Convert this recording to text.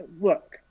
look